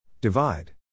Divide